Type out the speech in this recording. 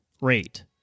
Rate